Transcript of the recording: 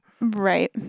Right